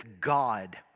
God